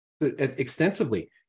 extensively